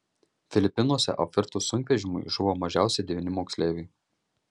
filipinuose apvirtus sunkvežimiui žuvo mažiausiai devyni moksleiviai